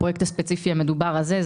הפרויקט הספציפי המדובר הזה.